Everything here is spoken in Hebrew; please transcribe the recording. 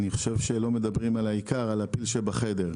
אני חושב שלא מדברים על העיקר, על הפיל שבחדר.